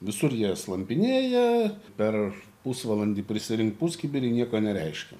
visur jie slampinėja per pusvalandį prisirinkt puskibirį nieko nereiškia